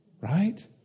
Right